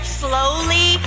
slowly